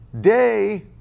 day